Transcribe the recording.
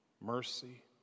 mercy